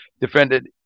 defended